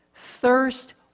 Thirst